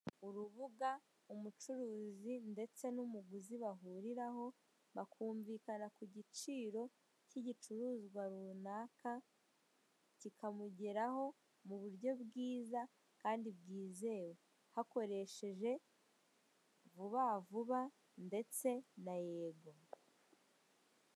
Urubuga umucuruzi ndetse n'umuguzi bahuriraho bakumvikana ku giciro k'igicuruzwa runaka, kikamugeraho mu buryo bwiza kandi bwizewe hakoresheje vubavuba ndetse na yego.